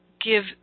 give